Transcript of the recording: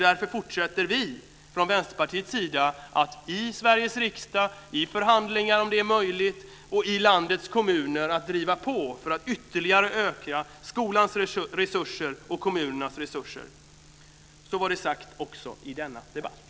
Därför fortsätter vi i Vänsterpartiet att driva på i Sveriges riksdag, i förhandlingar och i landets kommuner för att ytterligare öka skolans och kommunernas resurser. Så var det sagt också i denna debatt.